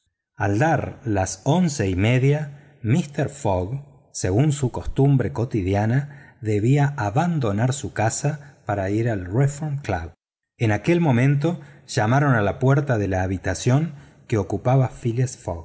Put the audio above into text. al dar las once y media mister fogg según su costumbre diaria debía salir de su casa para ir al reform club en aquel momento llamaron a la puerta de la habitación que ocupaba